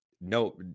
No